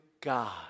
God